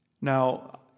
Now